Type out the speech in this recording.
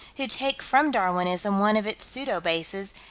who take from darwinism one of its pseudo-bases,